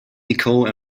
nicole